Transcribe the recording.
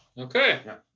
Okay